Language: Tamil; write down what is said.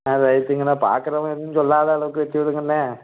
ஆ ரைட்டுங்கண்ணே பார்க்கறவங்க எதுவும் சொல்லாத அளவுக்கு வெட்டி விடுங்கண்ணே